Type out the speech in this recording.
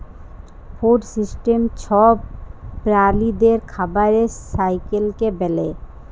food system ছব প্রালিদের খাবারের সাইকেলকে ব্যলে